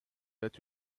that